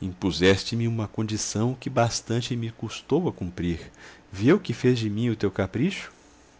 impuseste me uma condição que bastante me custou a cumprir vê o que fez de mim o teu capricho